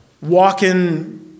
walking